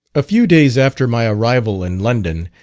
a few days after my arrival in london,